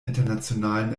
internationalen